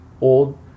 old